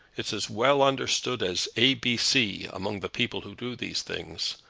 it's as well understood as a b c, among the people who do these things.